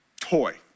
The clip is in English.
toy